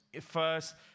first